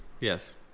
yes